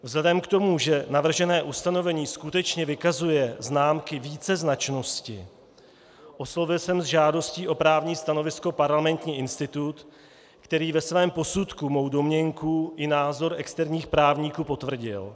Vzhledem k tomu, že navržené ustanovení skutečně vykazuje známky víceznačnosti, oslovil jsem s žádostí o právní stanovisko Parlamentní institut, který ve svém posudku mou domněnku i názor externích právníků potvrdil.